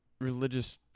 religious